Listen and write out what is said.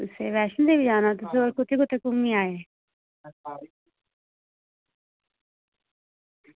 फिर असें लेई जाना तुसें कुत्थें कुत्थें घुम्मी आये